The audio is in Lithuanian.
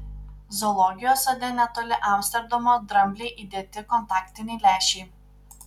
zoologijos sode netoli amsterdamo dramblei įdėti kontaktiniai lęšiai